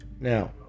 Now